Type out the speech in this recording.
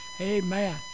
Amen